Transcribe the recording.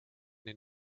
den